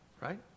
right